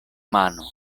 mano